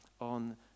on